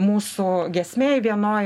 mūsų giesmėj vienoj